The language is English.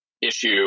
issue